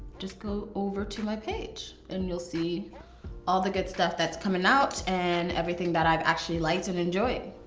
just go over to my page and you'll see all the good stuff that's coming out and everything that i've actually liked and enjoyed.